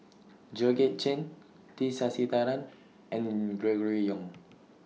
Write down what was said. Georgette Chen T Sasitharan and Gregory Yong